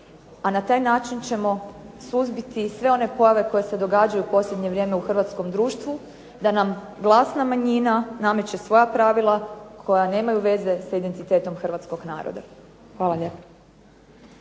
a na taj način ćemo suzbiti sve one pojave koje se događaju u posljednje vrijeme u hrvatskom društvu, da nam glasna manjina nameće svoja pravila koja nemaju veze sa identitetom hrvatskog naroda. Hvala lijepo.